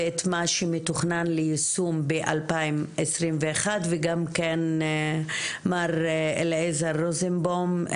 ואת מה שמתוכנן ליישום ב-2021 וגם כן מר אליעזר רוזנבאום,